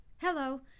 Hello